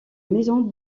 maison